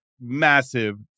massive